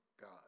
God